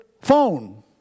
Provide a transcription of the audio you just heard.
phone